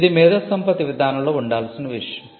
ఇది మేధోసంపత్తి విధానంలో ఉండాల్సిన విషయం